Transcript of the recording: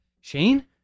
Shane